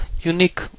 unique